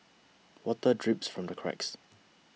water drips from the cracks